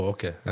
Okay